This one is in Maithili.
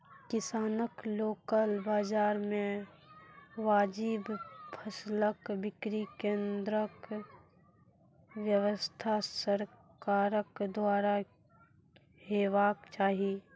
किसानक लोकल बाजार मे वाजिब फसलक बिक्री केन्द्रक व्यवस्था सरकारक द्वारा हेवाक चाही?